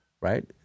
right